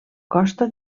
costa